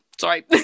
Sorry